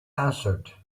answered